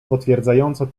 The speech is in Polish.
potwierdzająco